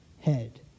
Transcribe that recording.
head